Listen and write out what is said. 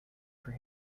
for